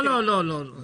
לא, לא, לא.